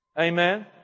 Amen